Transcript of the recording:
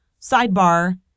sidebar